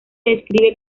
describe